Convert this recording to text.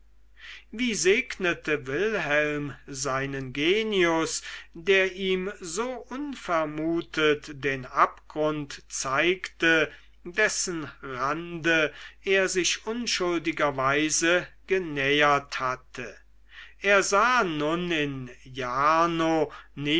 wie segnete wilhelm seinen genius der ihm so unvermutet den abgrund zeigte dessen rande er sich unschuldigerweise genähert hatte er sah nun in